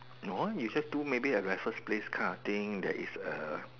no ah you just do a maybe a breakfast place kind of thing that is uh